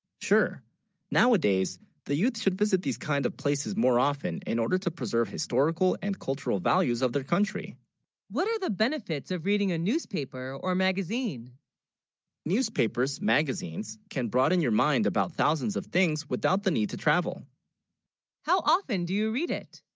sure nowadays the youth should visit these kind of places more often in order to preserve historical and cultural values of their country what are the benefits of reading a newspaper or magazine newspapers magazines can broaden your mind about thousands of things without the need to travel how often do you read it